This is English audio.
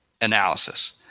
analysis